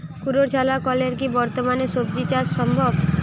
কুয়োর ছাড়া কলের কি বর্তমানে শ্বজিচাষ সম্ভব?